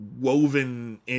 Woven